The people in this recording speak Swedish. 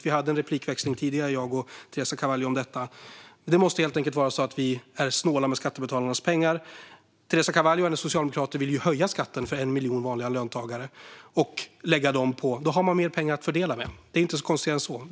Vi hade en replikväxling om detta tidigare, jag och Teresa Carvalho. Vi måste helt enkelt vara snåla med skattebetalarnas pengar. Teresa Carvalho och hennes socialdemokrater vill höja skatten för 1 miljon vanliga löntagare. Då har man mer pengar att fördela. Det är inte konstigare än så.